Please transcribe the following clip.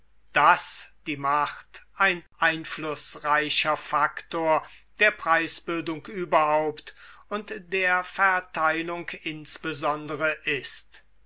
daß die macht ein einflußreicher faktor der preisbildung überhaupt und der verteilung insbesondere ist